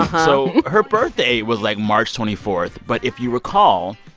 so her birthday was, like, march twenty four. but if you recall,